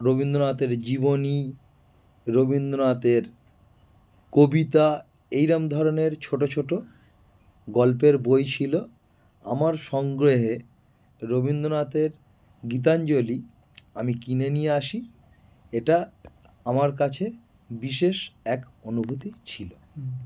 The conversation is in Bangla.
রবীন্দ্রনাথের জীবনী রবীন্দ্রনাথের কবিতা এইরম ধরনের ছোটো ছোটো গল্পের বই ছিলো আমার সংগ্রহে রবীন্দ্রনাথের গীতাঞ্জলি আমি কিনে নিয়ে আসি এটা আমার কাছে বিশেষ এক অনুভূতি ছিলো